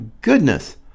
goodness